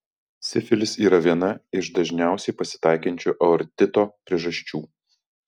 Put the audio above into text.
sifilis yra viena iš dažniausiai pasitaikančių aortito priežasčių